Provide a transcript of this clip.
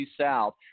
south